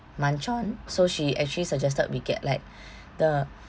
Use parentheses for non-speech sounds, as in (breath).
munch on so she actually suggested we get like (breath) the